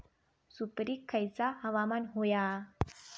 सुपरिक खयचा हवामान होया?